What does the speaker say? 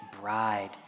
bride